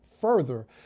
further